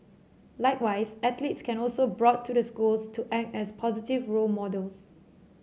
likewise athletes can also brought to the schools to act as positive role models